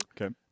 okay